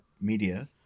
media